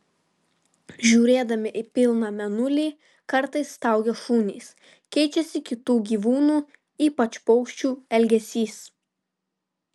žiūrėdami į pilną mėnulį kartais staugia šunys keičiasi kitų gyvūnų ypač paukščių elgesys